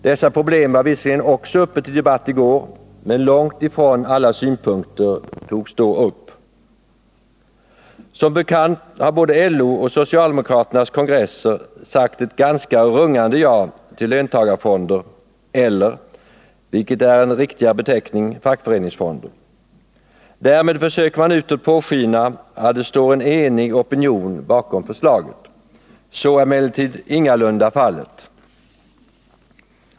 Dessa problem var visserligen också uppe till debatt i går, men långtifrån alla synpunkter togs upp. Som bekant har både LO:s och socialdemokraternas kongresser sagt ett rungande ja till löntagarfonder eller, vilket är en riktigare beteckning, fackföreningsfonder. Därmed låter man utåt påskina att det står en enig opinion bakom förslaget. Så är emellertid ingalunda fallet.